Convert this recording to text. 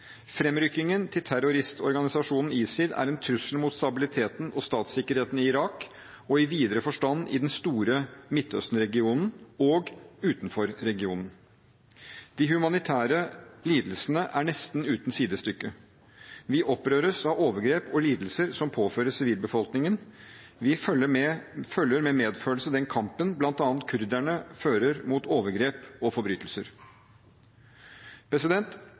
Fremrykkingen til terroristorganisasjonen ISIL er en trussel mot stabiliteten og statssikkerheten i Irak, og i videre forstand i den store Midtøsten-regionen og utenfor regionen. De humanitære lidelsene er nesten uten sidestykke. Vi opprøres av overgrep og lidelser som påføres sivilbefolkningen. Vi følger med medfølelse den kampen bl.a. kurderne fører mot overgrep og forbrytelser.